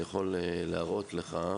אני יכול להראות לך.